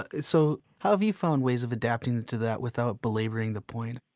ah so how have you found ways of adapting to that without belaboring the point?